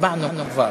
הצבענו כבר.